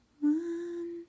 One